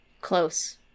Close